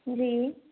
ਜੀ